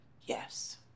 Yes